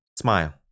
Smile